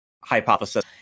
hypothesis